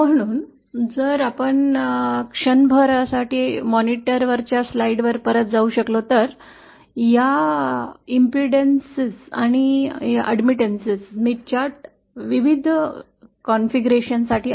म्हणून जर आपण क्षणभर मॉनिटरच्या स्लाइड्सवर परत जाऊ शकलो तर या प्रतिरोध आणि प्रवेश स्मिथ चार्टच्या विविध कॉन्फिगरेशन आहेत